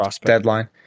deadline